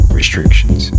Restrictions